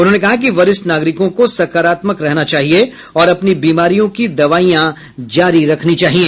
उन्होंने कहा कि वरिष्ठ नागरिकों को सकारात्मक रहना चाहिए और अपनी बीमारियों की दवाईयां जारी रखनी चाहिए